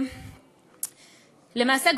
למעשה,